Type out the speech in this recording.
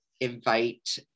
invite